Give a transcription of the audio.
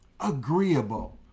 Agreeable